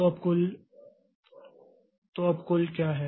तो अब कुल क्या है